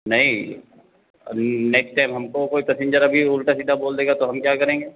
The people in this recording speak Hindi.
नहीं नेक्स्ट टाइम हमको कोई पसिंजर अभी उल्टा सीधा बोल देगा तो हम क्या करेंगे